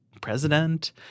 president